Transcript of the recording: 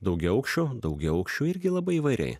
daugiaaukščių daugiaaukščių irgi labai įvairiai